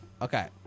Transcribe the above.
Okay